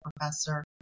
professor